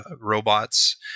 robots